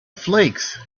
flakes